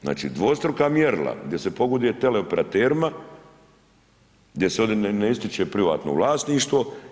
Znači dvostruka mjerila gdje se pogoduje teleoperaterima gdje se ovdje ne ističe privatno vlasništvo.